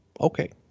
okay